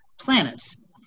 planets